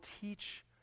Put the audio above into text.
teach